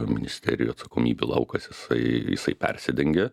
ministerijų atsakomybių laukas jisai jisai persidengia